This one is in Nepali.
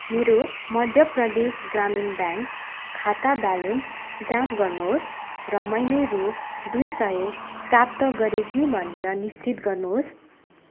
मेरो मध्य प्रदेश ग्रामीण ब्याङ्क खाता ब्यालेन्स जाँच गर्नु होस् र मैले रु दुई सय प्राप्त गरेँ कि भनेर निश्चित गर्नु होस्